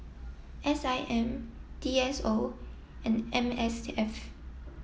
S I M D S O and M S F